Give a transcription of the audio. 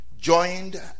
joined